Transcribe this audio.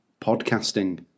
podcasting